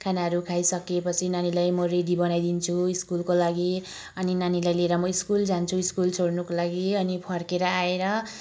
खानाहरू खाइसकेपछि नानीलाई म रेडी बनाइदिन्छु स्कुलको लागि अनि नानीलाई लिएर म स्कुल जान्छु स्कुल छोडनको लागि अनि फर्केर आएर